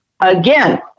Again